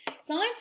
science